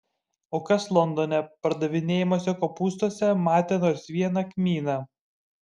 o kas londone pardavinėjamuose kopūstuose matė nors vieną kmyną